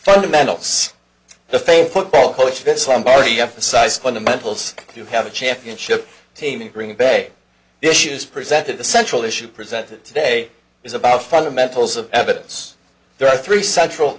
fundamentals the famed football coach that somebody emphasized fundamentals if you have a championship team in green bay the issues presented the central issue presented today is about fundamentals of evidence there are three central